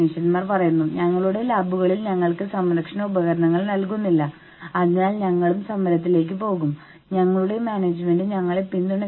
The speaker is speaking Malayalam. തീരുമാനങ്ങളിലേക്ക് ജീവനക്കാരുടെ ഇൻപുട്ട് അഭ്യർത്ഥിക്കുന്നത് ഉയർന്ന ഇടപെടൽ നടത്തുന്ന മാനേജ്മെന്റ് രീതികൾ ആണ്